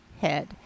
head